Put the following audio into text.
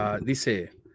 dice